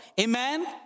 Amen